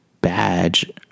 badge